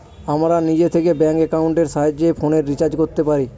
আমরা নিজে থেকে ব্যাঙ্ক একাউন্টের সাহায্যে ফোনের রিচার্জ করতে পারি